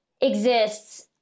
exists